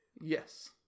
Yes